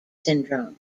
syndrome